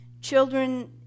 children